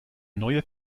neue